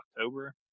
October